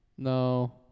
No